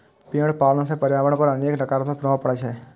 भेड़ पालन सं पर्यावरण पर अनेक नकारात्मक प्रभाव पड़ै छै